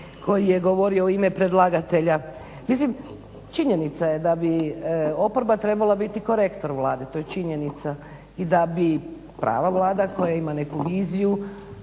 koji je govorio u ime predlagatelja. Mislim činjenica je da bi oporba trebala biti korektor Vlade, to je činjenica i da bi prava Vlada koja ima neku viziju